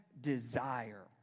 desire